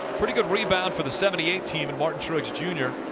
pretty good rebound for the seventy eight team in martin truex jr.